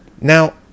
Now